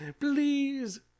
Please